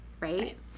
right